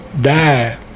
die